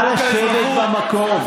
חוק האזרחות,